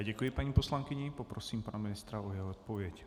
Děkuji paní poslankyni a poprosím pana ministra o jeho odpověď.